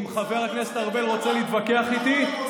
אם חבר הכנסת ארבל רוצה להתווכח איתי,